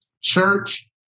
Church